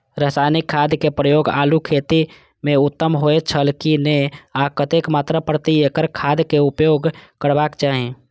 रासायनिक खाद के प्रयोग आलू खेती में उत्तम होय छल की नेय आ कतेक मात्रा प्रति एकड़ खादक उपयोग करबाक चाहि?